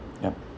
ya